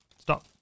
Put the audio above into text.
Stop